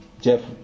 Jeff